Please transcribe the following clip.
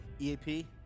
EAP